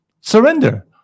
Surrender